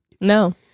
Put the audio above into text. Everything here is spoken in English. No